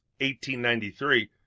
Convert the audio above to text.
1893